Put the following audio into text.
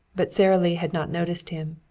but sara lee had not noticed him.